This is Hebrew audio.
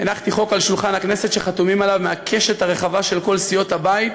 הנחתי חוק על שולחן הכנסת שחתומים עליו מהקשת הרחבה של כל סיעות הבית,